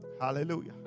Hallelujah